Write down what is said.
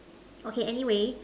okay anyway